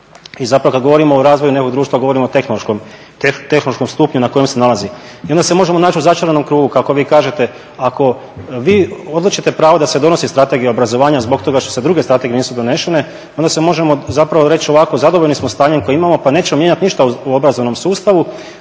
i kada govorimo o razvoju nekog društva govorimo o tehnološkom stupnju na kojem se nalazi. I onda se možemo naći u začaranom krugu kako vi kažete. Ako vi odlučite pravo da se donosi strategija obrazovanja zbog toga što druge strategije nisu donešene onda možemo reći ovako zadovoljni smo stanjem koji imamo pa nećemo mijenjati ništa u obrazovnom sustavu